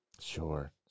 sure